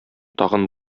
тагын